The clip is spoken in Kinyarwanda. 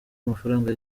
amafaranga